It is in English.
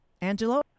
Angelo